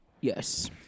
yes